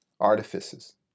artifices